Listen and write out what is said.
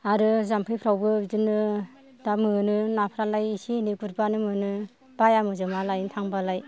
आरो जाम्फैफ्रावबो बिदिनो दा मोनो नाफ्रालाय इसे एनै गुरबानो मोनो बाया मोजोमा लायनो थांबालाय